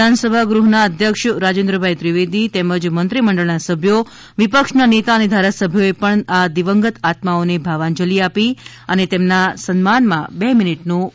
વિધાનગૃહના અધ્યક્ષ રાજેન્દ્ર ત્રિવેદી તેમજ મંત્રીમંડળના સભ્યો વિપક્ષના નેતા અને ધારાસભ્યોએ પણ આ દિવંગત આત્માઓને ભાવાંજલિ આપી હતી અને તેમના સન્માનમાં બે મિનિટનું મૌન પાબ્યું હતું